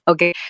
Okay